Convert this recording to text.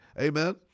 Amen